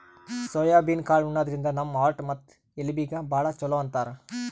soybean ಕಾಳ್ ಉಣಾದ್ರಿನ್ದ ನಮ್ ಹಾರ್ಟ್ ಮತ್ತ್ ಎಲಬೀಗಿ ಭಾಳ್ ಛಲೋ ಅಂತಾರ್